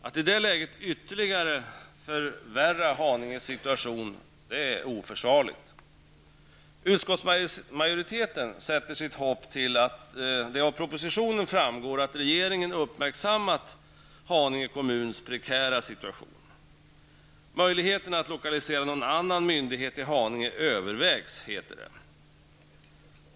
Att i det läget ytterligare förvärra Haninges situation är oförsvarligt. Utskottsmajoriteten sätter sitt hopp till att det av propositionen framgår att regeringen uppmärksammat Haninges kommun prekära situation. Möjligheterna att lokalisera någon annan myndighet till Haninge övervägs, heter det.